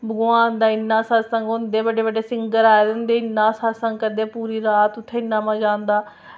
भगवान दे सत्संग होंदे इन्ने बड्डे बड्डे सिंगर आए दे होंदे सत्संग करदे पूरी रात उत्थें इन्ना मज़ा आंदा